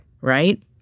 Right